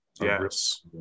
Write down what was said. yes